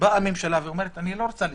באה הממשלה ואומרת: אני לא רוצה לסגור.